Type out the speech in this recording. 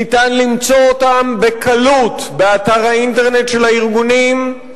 אפשר למצוא אותן בקלות באתרי האינטרנט של הארגונים,